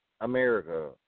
America